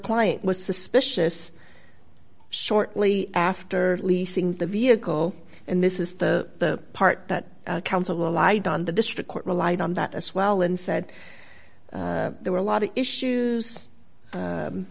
client was suspicious shortly after leasing the vehicle and this is the part that counsel allied on the district court relied on that as well and said there were a lot of issues